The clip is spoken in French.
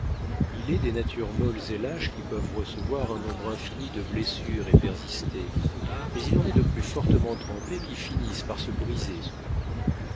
il est des natures molles et lâches qui peuvent recevoir un nombre infini de blessures et persister mais il en est de plus fortement trempées qui finissent par se briser sous les coups